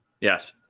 Yes